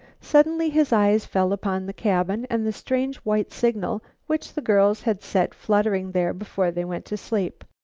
suddenly his eyes fell upon the cabin and the strange white signal which the girls had set fluttering there before they went to sleep.